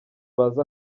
bazi